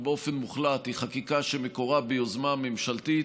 באופן מוחלט חקיקה שמקורה ביוזמה ממשלתית,